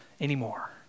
anymore